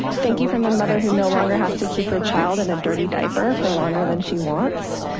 thank you from the mother who no longer has to keep her child in a dirty diaper for longer than she wants.